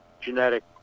genetic